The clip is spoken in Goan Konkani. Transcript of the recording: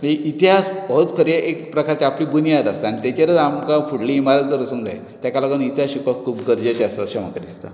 म्हणजे इतिहास होच खरी एक प्रकारची आपली बुन्याद आसा आनी तेचेरूय आमकां फुडली मार्गदर्शन जाय ताका लागून इतिहास शिकप खूब गरजेचे आसा अशें म्हाका दिसता